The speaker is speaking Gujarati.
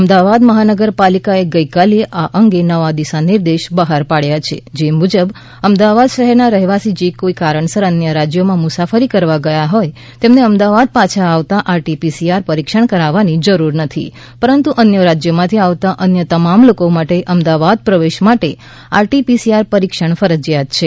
અમદાવાદ મહાનગરપાલિકાએ ગઇકાલે આ અંગે નવા દિશાનિર્દેશ બહાર પાડ્યા છે જે મુજબ અમદાવાદ શહેરના રહીવાસી જે કોઈ કારણસર અન્ય રાજ્યોમાં મુસાફરી કરવા ગયા હોય તેમને અમદાવાદ પાછા આવતા R T P C R test કરવાની જરૂર નથી પરંતુ અન્ય રાજ્યોમાંથી આવતા અન્ય તમામ લોકો માટે અમદાવાદ પ્રવેશ માટે R T P C R test ફરજિયાત છે